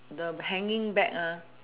the hanging bag ah